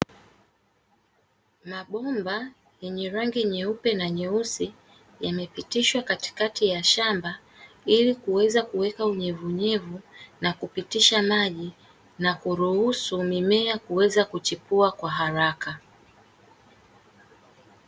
Mabomba yenye rangi nyeupe na nyeusi yamepitishwa katikati ya shamba, ili kuweza kuweka unyevunyevu na kupitisha maji na kuruhusu mimea kuweza kuchepua kwa haraka.